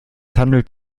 handelt